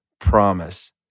promise